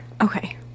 okay